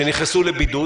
שנכנסו לבידוד.